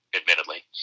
admittedly